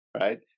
right